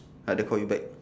takde call you back